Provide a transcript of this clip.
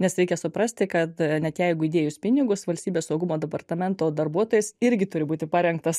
nes reikia suprasti kad net jeigu įdėjus pinigus valstybės saugumo departamento darbuotojas irgi turi būti parengtas